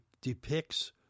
depicts